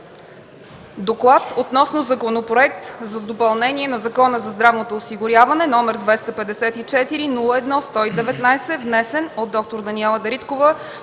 „Доклад относно Законопроект за допълнение на Закона за здравното осигуряване, № 254-01-119, внесен от д-р Даниела Дариткова,